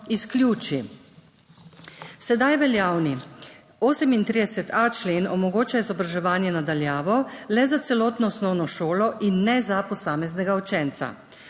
izključi. Sedaj veljavni 38.a člen omogoča izobraževanje na daljavo le za celotno osnovno šolo in ne za posameznega učenca.